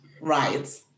right